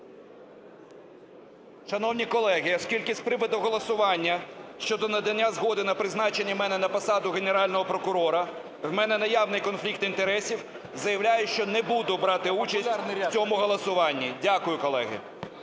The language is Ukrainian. Шановні колеги, оскільки з приводу голосування щодо надання згоди на призначення мене на посаду Генерального прокурора, у мене наявний конфлікт інтересів, заявляю, що не буду брати участь в цьому голосуванні. Дякую, колеги.